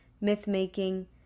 myth-making